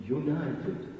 united